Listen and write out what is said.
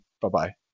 Bye-bye